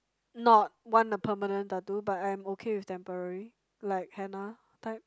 not want a permanent tattoo but I'm okay with temporary like henna type